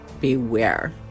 beware